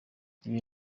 ibi